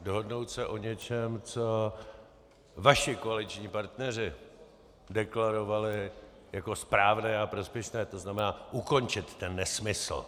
Dohodnout se o něčem, co vaši koaliční partneři deklarovali jako správné a prospěšné, tzn. ukončit ten nesmysl.